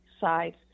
sides